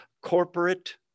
corporate